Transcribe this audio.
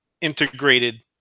integrated